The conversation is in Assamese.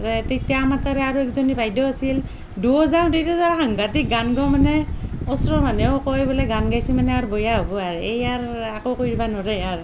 তেতিয়া আমাৰ তাৰে আৰু একজনী বাইদেউ আছিল দুয়ো যাওঁ তেতিয়া আৰু সাংঘাটিক গান গাওঁ মানে ওচৰৰ মানুহেও কয় বোলে গান গাইছে মানে আৰু বঢ়িয়া হ'ব আৰু এই আৰু একো কৰিব নোৱাৰে আৰু